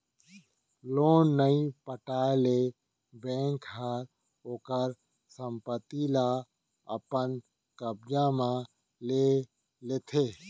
loan नइ पटाए ले बेंक ह ओखर संपत्ति ल अपन कब्जा म ले लेथे